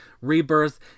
Rebirth